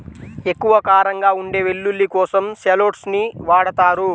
ఎక్కువ కారంగా ఉండే వెల్లుల్లి కోసం షాలోట్స్ ని వాడతారు